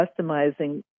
customizing